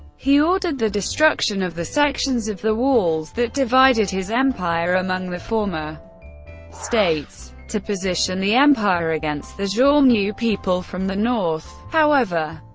he ordered the destruction of the sections of the walls that divided his empire among the former states. to position the empire against the xiongnu people from the north, however,